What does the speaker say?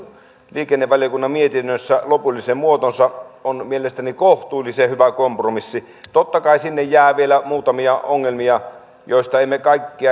liikennevaliokunnan mietinnössä lopullisen muotonsa on mielestäni kohtuullisen hyvä kompromissi totta kai sinne jää vielä muutamia ongelmia joista emme kaikkea